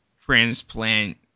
transplant